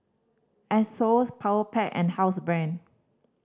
Asos Powerpac and Housebrand